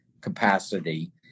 capacity